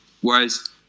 whereas